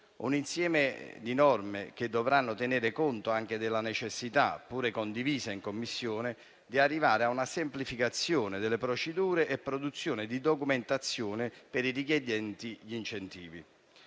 un insieme di norme che dovrà tenere conto anche della necessità - pure condivisa in Commissione - di arrivare a una semplificazione delle procedure e alla produzione di documentazione per i richiedenti gli incentivi.